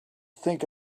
think